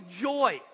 joy